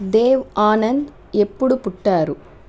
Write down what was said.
దేవ్ ఆనంద్ ఎప్పుడు పుట్టారు